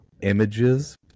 images